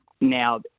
now